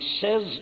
says